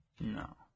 No